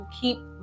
keep